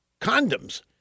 condoms